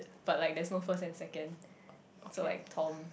but like there's no first and second so like Tom